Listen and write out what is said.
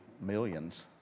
millions